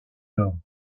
nord